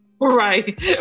right